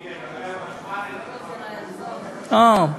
הנה, מדברים על חשמל, האור כבה.